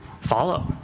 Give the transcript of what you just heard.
follow